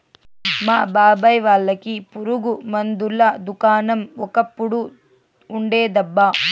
మా బాబాయ్ వాళ్ళకి పురుగు మందుల దుకాణం ఒకప్పుడు ఉండేదబ్బా